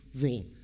rule